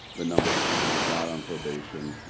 the number of juveniles not on probation,